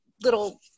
little